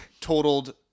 totaled